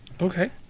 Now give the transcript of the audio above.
Okay